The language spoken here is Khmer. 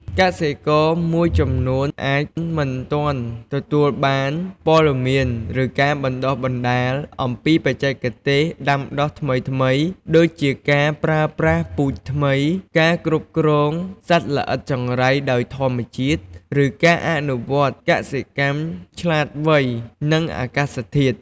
កសិករមួយចំនួនអាចមិនទាន់ទទួលបានព័ត៌មាន ឬការបណ្ដុះបណ្ដាលអំពីបច្ចេកទេសដាំដុះថ្មីៗ ដូចជាការប្រើប្រាស់ពូជថ្មី ការគ្រប់គ្រងសត្វល្អិតចង្រៃដោយធម្មជាតិ ឬការអនុវត្តកសិកម្មឆ្លាតវៃនឹងអាកាសធាតុ។